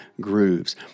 grooves